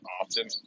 often